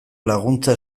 laguntza